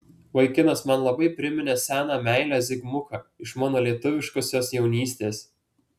vaikinas man labai priminė seną meilę zigmuką iš mano lietuviškosios jaunystės